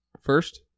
first